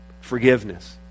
forgiveness